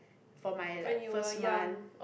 for my like first month